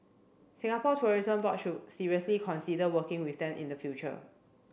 Singapore Tourism Board should seriously consider working with them in the future